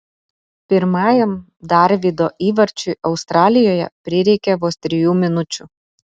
pirmajam darvydo įvarčiui australijoje prireikė vos trijų minučių